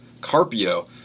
Carpio